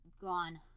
gone